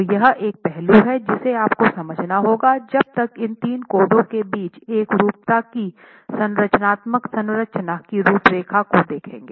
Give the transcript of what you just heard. तो यह एक पहलू है जिसे आपको समझना होगा जब आप इन तीन कोडों के बीच एकरूपता की संरचनात्मक संरचना की रूपरेखा को देखेंगे